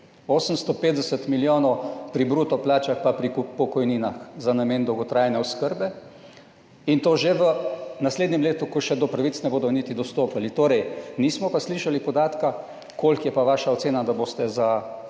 850 milijonov pri bruto plačah pa pri pokojninah za namen dolgotrajne oskrbe in to že v naslednjem letu, ko še do pravic ne bodo niti dostopali. Torej, nismo pa slišali podatka, koliko je pa vaša ocena, da boste za